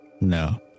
No